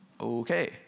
Okay